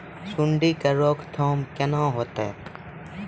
सुंडी के रोकथाम केना होतै?